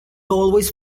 always